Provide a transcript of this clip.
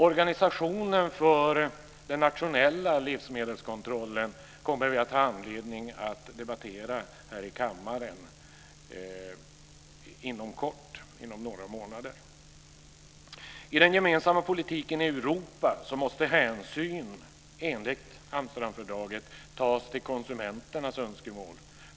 Organisationen för den nationella livsmedelskontrollen kommer vi att ha anledning att debattera här i kammaren inom några månader. I den gemensamma politiken i Europa måste enligt Amsterdamfördraget hänsyn tas till konsumenternas önskemål.